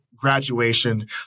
graduation